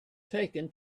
taken